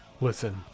listen